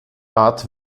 art